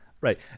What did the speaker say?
Right